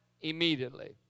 immediately